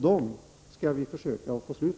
Dem skall vi försöka få bort.